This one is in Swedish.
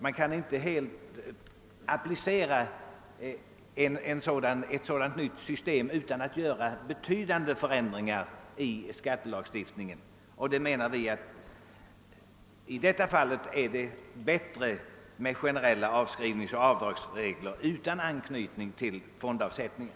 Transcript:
Man kan inte applicera ett sådant nytt system utan att göra betydande förändringar i skattelagstiftningen, och vi menar att det i detta fall är bättre med generella avskrivningsoch avdragsregler utan anknytning till fondavsättningar.